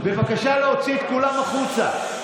בבקשה להוציא את כולם החוצה.